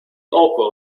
awkward